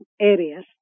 areas